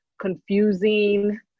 confusing